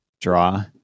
draw